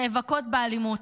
נאבקות באלימות,